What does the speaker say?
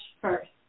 First